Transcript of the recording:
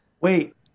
Wait